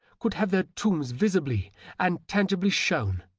could have their tombs visibly and tangibly shown,